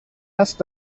است